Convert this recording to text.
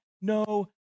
no